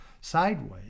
sideways